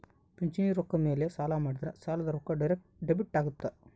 ಪಿಂಚಣಿ ರೊಕ್ಕ ಮೇಲೆ ಸಾಲ ಮಾಡಿದ್ರಾ ಸಾಲದ ರೊಕ್ಕ ಡೈರೆಕ್ಟ್ ಡೆಬಿಟ್ ಅಗುತ್ತ